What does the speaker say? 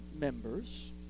members